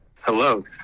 Hello